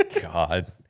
God